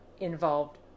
involved